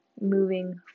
moving